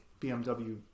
BMW